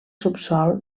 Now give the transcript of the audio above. subsòl